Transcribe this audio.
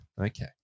Okay